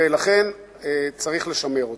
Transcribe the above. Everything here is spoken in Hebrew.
ולכן צריך לשמר אותו.